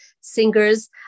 singers